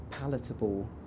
palatable